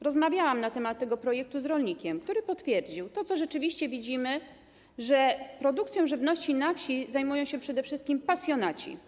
Rozmawiałam na temat tego projektu z rolnikiem, który potwierdził to, co rzeczywiście widzimy, że produkcją żywności na wsi zajmują się przede wszystkim pasjonaci.